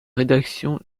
rédaction